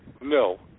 no